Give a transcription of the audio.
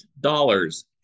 dollars